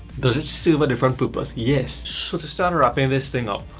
does it serve a different purpose? yes! so to start wrapping this thing up,